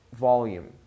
volume